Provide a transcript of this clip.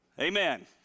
Amen